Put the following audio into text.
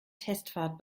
testfahrt